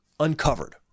Uncovered